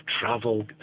travel